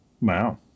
Wow